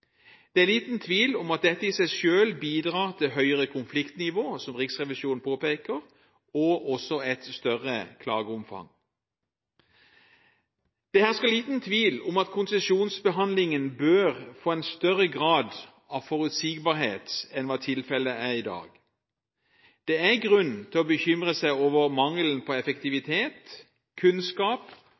Det er liten tvil om at dette i seg selv bidrar til høyere konfliktnivå, som Riksrevisjonen påpeker, og også et større klageomfang. Det hersker liten tvil om at konsesjonsbehandlingen bør få en større grad av forutsigbarhet enn hva tilfellet er i dag. Det er grunn til å bekymre seg over mangelen på effektivitet, kunnskap